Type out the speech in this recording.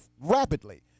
rapidly